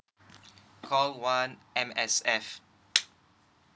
call one M_S_F